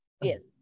Yes